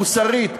מוסרית,